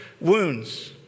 wounds